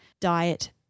diet